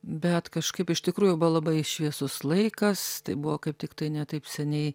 bet kažkaip iš tikrųjų buvo labai šviesus laikas tai buvo kaip tiktai ne taip seniai